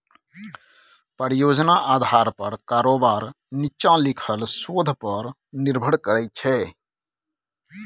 परियोजना आधार पर कारोबार नीच्चां लिखल शोध पर निर्भर करै छै